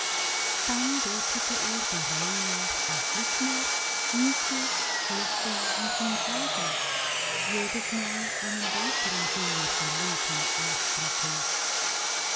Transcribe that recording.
dann deutete er der reihe nach auf flitmore mietje schultze und münchhausen jedesmal einen weiteren finger der linken ausstreckend